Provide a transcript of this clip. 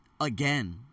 again